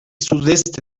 sudeste